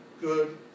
good